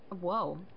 Whoa